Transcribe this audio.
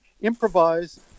improvise